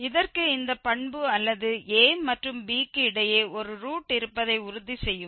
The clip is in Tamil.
இதற்கு இந்த பண்பு அல்லது a மற்றும் b க்கு இடையே ஒரு ரூட் இருப்பதை உறுதி செய்யும்